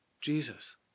Jesus